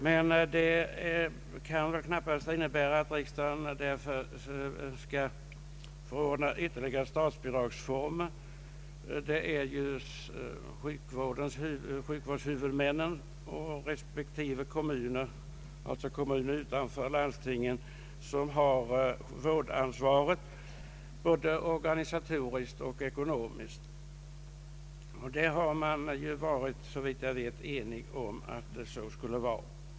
Detta kan emellertid knappast innebära att riksdagen skall förorda ytterligare statsbidragsformer. Det är sjukvårdshuvudmännen och respektive kommuner, dvs. kommuner utanför landstingen, som har vårdansvaret både organisatoriskt och ekonomiskt, och man har såvitt jag vet varit överens om denna ordning.